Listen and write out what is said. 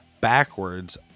backwards